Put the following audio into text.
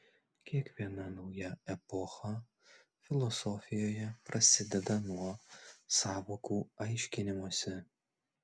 kiekviena nauja epocha filosofijoje prasideda nuo sąvokų aiškinimosi